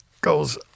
goes